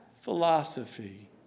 philosophy